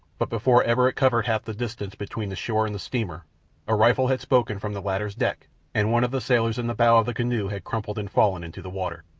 but before ever it covered half the distance between the shore and the steamer a rifle had spoken from the latter's deck and one of the sailors in the bow of the canoe had crumpled and fallen into the water.